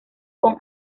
con